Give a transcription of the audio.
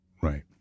Right